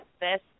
best